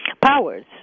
powers